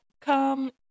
come